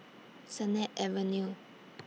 Sennett Avenue